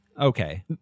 Okay